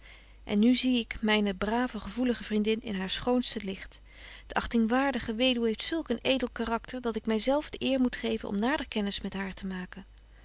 en nu zie ik myne brave gevoelige vriendin in haar schoonste licht de achtingwaardige weduwe heeft zulk een edel karakter dat ik my zelf de eer moet geven om nader kennis met haar te maken